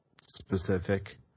specific